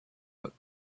but